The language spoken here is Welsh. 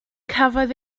cafodd